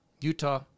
Utah